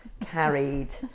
carried